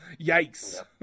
Yikes